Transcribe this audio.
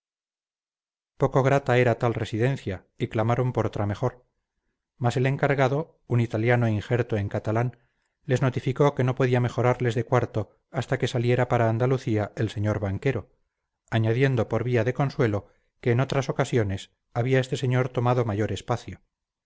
poco grata era tal residencia y clamaron por otra mejor mas el encargado un italiano injerto en catalán les notificó que no podía mejorarles de cuarto hasta que saliera para andalucía el sr banquero añadiendo por vía de consuelo que en otras ocasiones había este señor tomado mayor espacio